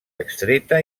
extreta